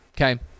Okay